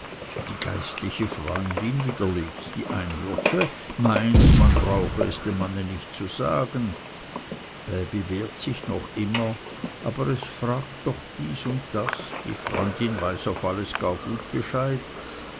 die geistliche freundin widerlegt die einwürfe meint man brauche es dem mann nicht zu sagen bäbi wehrt sich noch immer aber es fragt doch dies und das die freundin weiß auf alles gar gut bescheid